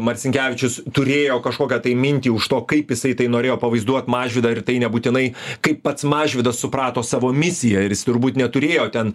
marcinkevičius turėjo kažkokią tai mintį už to kaip jisai tai norėjo pavaizduot mažvydą ir tai nebūtinai kaip pats mažvydas suprato savo misiją ir jis turbūt neturėjo ten